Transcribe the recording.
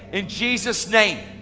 in jesus name.